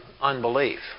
unbelief